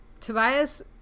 Tobias